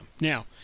Now